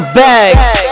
bags